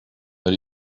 but